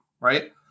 right